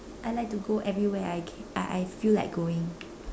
I like to go everywhere I can I I feel like going